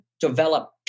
develop